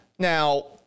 Now